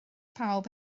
pawb